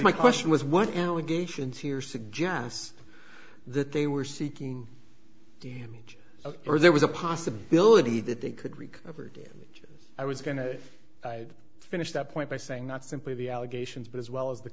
my question was what allegations here suggests that they were seeking damage or there was a possibility that they could recover damages i was going to finish that point by saying not simply the allegations but as well as the